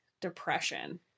depression